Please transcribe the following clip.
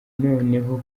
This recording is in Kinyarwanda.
noneho